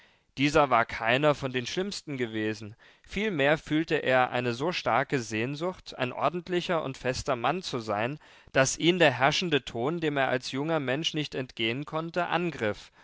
dieser war keiner von den schlimmsten gewesen vielmehr fühlte er eine so starke sehnsucht ein ordentlicher und fester mann zu sein daß ihn der herrschende ton dem er als junger mensch nicht entgehen konnte angriff